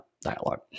dialogue